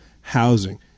housing